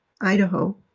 Idaho